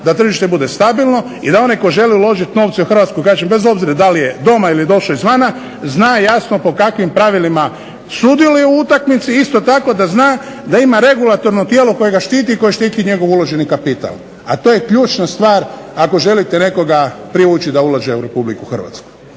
da tržište bude stabilno i da onaj tko želi uložit novce u Hrvatsku, kažem bez obzira da li je doma ili je došao izvana, zna jasno po kakvim pravilima sudjeluje u utakmici i isto tako da zna da ima regulatorno tijelo koje ga štiti i koje štiti njegov uloženi kapital, a to je ključna stvar ako želite nekoga privući da ulaže u Republiku Hrvatsku.